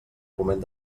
foment